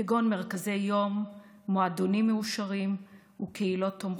כגון מרכזי יום, מועדונים מעושרים וקהילות תומכות.